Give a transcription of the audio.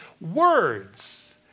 words